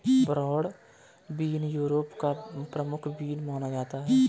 broad bean Europe का प्रमुख bean माना जाता है